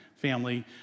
family